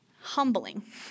humbling